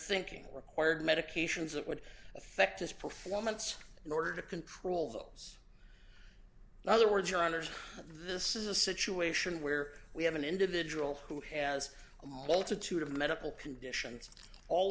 thinking required medications that would affect his performance in order to control us in other words your honour's this is a situation where we have an individual who has a multitude of medical conditions all